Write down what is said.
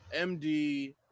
MD